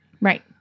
Right